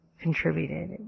contributed